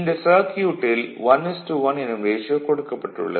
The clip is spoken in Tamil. இந்த சர்க்யூட்டில் 11 எனும் ரேஷியோ கொடுக்கப்பட்டுள்ளது